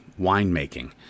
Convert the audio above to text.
winemaking